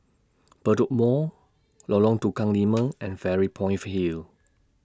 Bedok Mall Lorong Tukang Lima and Fairy Point Hill